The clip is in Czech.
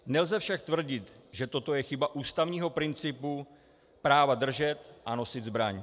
Nelze však tvrdit, že toto je chyba ústavního principu práva držet a nosit zbraň.